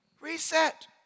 Reset